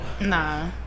Nah